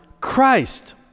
Christ